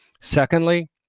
Secondly